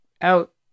out